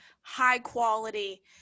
high-quality